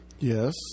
Yes